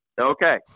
Okay